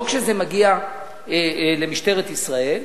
לא כשזה מגיע למשטרת ישראל.